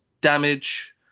damage